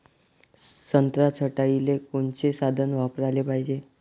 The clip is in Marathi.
संत्रा छटाईले कोनचे साधन वापराले पाहिजे?